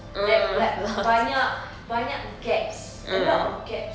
that like banyak banyak gaps a lot of gaps